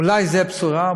אולי זו בשורה,